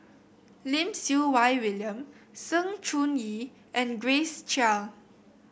Lim Siew Wai William Sng Choon Yee and Grace Chia